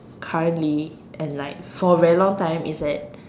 currently and like for very long time is at